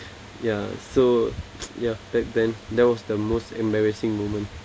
ya so ya back then that was the most embarrassing moment